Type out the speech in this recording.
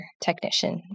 Technician